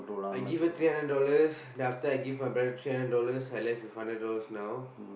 I give her three hundred dollars then after that I give my parents three hundred dollars I left with hundred dollars now